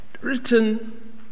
Written